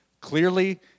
Clearly